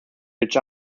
which